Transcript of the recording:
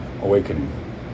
awakening